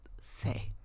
say